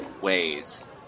ways